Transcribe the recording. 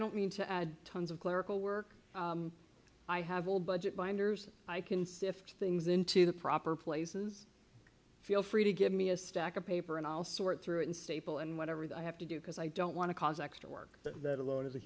don't mean to add tons of clerical work i have all budget binders i can sift things into the proper places feel free to give me a stack of paper and i'll sort through it and staple and whatever that i have to do because i don't want to cause extra work that a lo